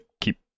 keep